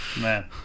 Man